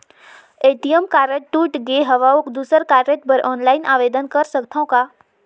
ATM card टूट गे हववं दुसर कारड बर ऑनलाइन आवेदन कर सकथव का?